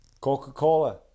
Coca-Cola